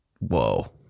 whoa